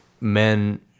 men